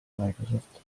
microsoft